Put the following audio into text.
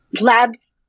labs